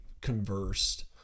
conversed